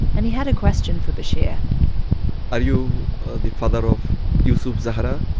and he had a question for bashir are you the father of yusuf, zahra?